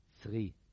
three